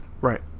Right